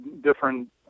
different